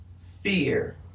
fear